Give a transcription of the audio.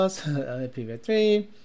Pv3